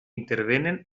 intervenen